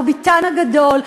רובן הגדול,